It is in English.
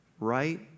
right